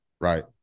right